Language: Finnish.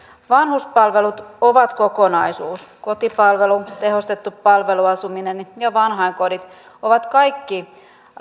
vanhuspalvelut ovat kokonaisuus kotipalvelu tehostettu palveluasuminen ja vanhainkodit ovat kaikki